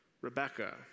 Rebecca